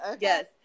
yes